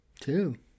two